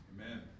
Amen